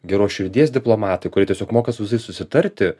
geros širdies diplomatai kurie tiesiog moka su visais susitarti